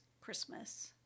Christmas